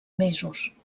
mesos